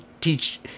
teach